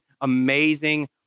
amazing